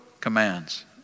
commands